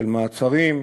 של מעצרים,